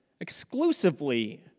exclusively